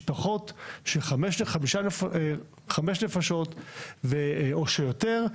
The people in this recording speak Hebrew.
משפחות של חמש נפשות או יותר,